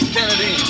Kennedy